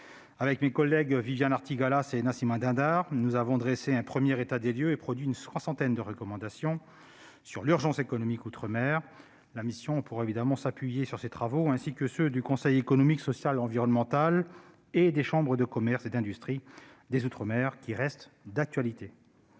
Avec mes collègues Viviane Artigalas et Nassimah Dindar, nous avons dressé un premier état des lieux et produit une soixantaine de recommandations sur l'urgence économique outre-mer. La mission pourra s'appuyer sur ces travaux, ainsi que sur ceux du Conseil économique, social et environnemental et sur ceux des chambres de commerce et d'industrie des outre-mer, car ils restent d'actualité.